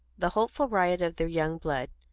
the hopeful riot of their young blood,